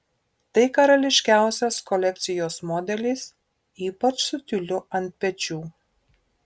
tai karališkiausias kolekcijos modelis ypač su tiuliu ant pečių